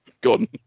Gone